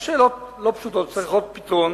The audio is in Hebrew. יש שאלות לא פשוטות שצריכות פתרון,